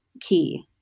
key